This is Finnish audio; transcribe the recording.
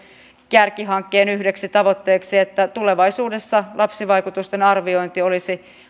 kärkihankkeen yhdeksi tavoitteeksi tulevaisuudessa lapsivaikutusten arviointi olisi